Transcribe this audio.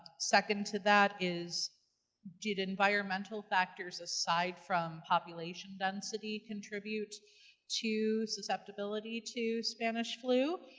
second to that, is did environmental factors aside from population density contribute to susceptibility to spanish flu?